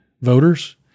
voters